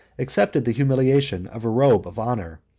accepted the humiliation of a robe of honor,